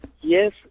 yes